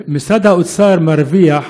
משרד האוצר מרוויח